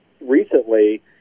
recently